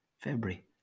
February